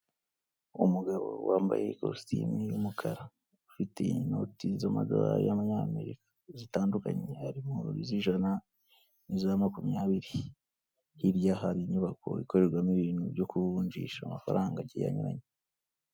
Umugabo wambaye ikositimu y'umukara, ufite inoti z'amadolari y'amanyamerika zitandukanye harimo z'ijana n'iza makumyabiri hirya kari inyubako ikorerwamo ibintu byo kuvunjisha amafaranga agiye anyuranye.